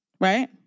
right